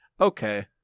Okay